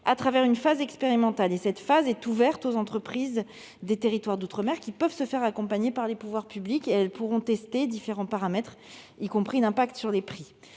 au travers d'une phase expérimentale. Cette phase est ouverte aux entreprises des territoires d'outre-mer, qui peuvent se faire accompagner par les pouvoirs publics. Elles pourront tester différents paramètres, y compris l'impact sur les prix.